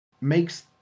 makes